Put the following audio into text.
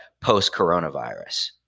post-coronavirus